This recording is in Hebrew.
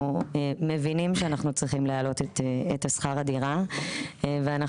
מבינים שאנחנו צריכים להעלות את שכר הדירה ואנחנו